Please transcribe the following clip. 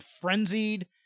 frenzied